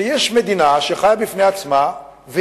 כי יש מדינה שחיה בפני עצמה,